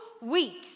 weeks